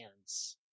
hands